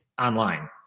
online